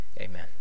amen